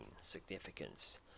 significance